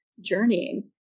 journeying